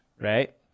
right